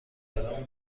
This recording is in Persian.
برام